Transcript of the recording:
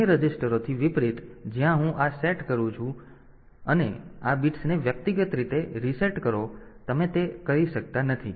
તેથી અન્ય રજીસ્ટરોથી વિપરીત જ્યાં હું આ સેટ સેટ કરી શકું છું અને આ બિટ્સને વ્યક્તિગત રીતે રીસેટ કરો અહીં તમે તે કરી શકતા નથી